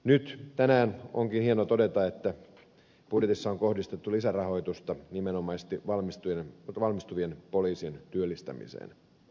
nyt tänään onkin hieno todeta että budjetissa on kohdistettu lisärahoitusta nimenomaisesti valmistuvien poliisien työllistämiseen